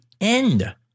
end